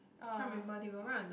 I can't remember they got write on the